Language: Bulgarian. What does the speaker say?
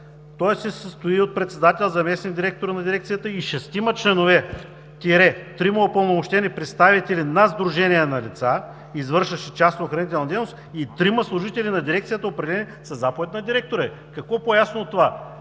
„Той се състои от председател – заместник-директор на дирекцията, и шестима членове – трима упълномощени представители на сдружения на лица, извършващи частна охранителна дейност, и трима служители на дирекцията, определени със заповед на директора й“. Какво по-ясно от това?